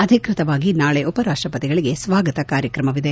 ಅಧಿಕೃತವಾಗಿ ನಾಳೆ ಉಪರಾಷ್ಪಪತಿಗಳಿಗೆ ಸ್ವಾಗತ ಕಾರ್ಯಕ್ರಮವಿದೆ